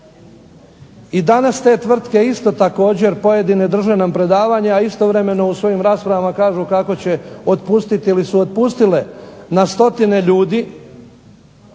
I danas te tvrtke isto također pojedine drže nam predavanja, a istovremeno u svojim raspravama kažu kako će otpustiti ili su otpustile na stotine ljudi